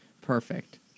Perfect